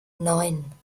neun